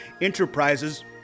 Enterprises